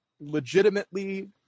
legitimately